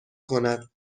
کند